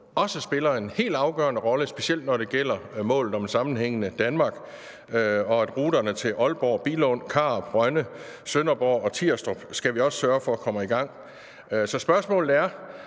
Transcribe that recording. også spiller en helt afgørende rolle, specielt når det gælder målet om et sammenhængende Danmark, og vi skal også sørge for, at ruterne til Aalborg, Billund, Karup, Rønne, Sønderborg og Tirstrup kommer i gang. Så spørgsmålet er: